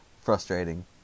Frustrating